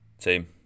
Team